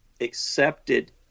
accepted